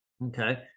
Okay